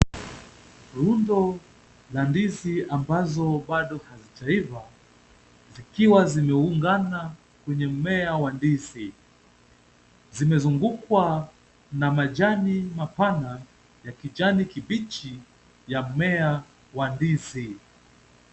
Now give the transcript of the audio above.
Rundo la ndizi ambazo bado hazijaiva, zikiwa zimeungana kwenye mmea wa ndizi. Zimezungukwa na majani mapana ya kijani kibichi ya mmea wa ndizi.